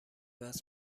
وزن